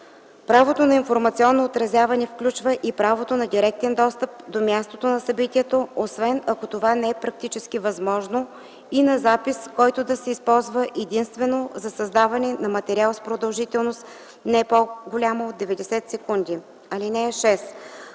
Правото на информационно отразяване включва и правото на директен достъп до мястото на събитието, освен ако това не е практически възможно, и на запис, който да се използва единствено за създаване на материал с продължителност, не по-голяма от 90 секунди. (6)